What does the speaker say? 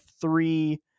three